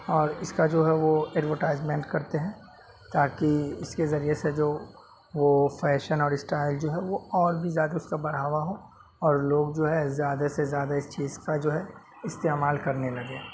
اور اس کا جو ہے وہ ایڈوٹائزمنٹ کرتے ہیں تاکہ اس کے ذریعے سے جو وہ فیشن اور اسٹائل جو ہے وہ اور بھی زیادہ اس کا بڑھاوا ہو اور لوگ جو ہے زیادہ سے زیادہ اس چیز کا جو ہے استعمال کرنے لگیں